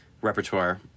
repertoire